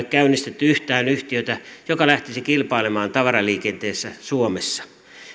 käynnistetty yhtään yhtiötä joka lähtisi kilpailemaan tavaraliikenteessä suomessa